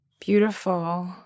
Beautiful